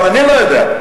גם אני לא יודע,